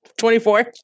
24